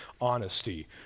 honesty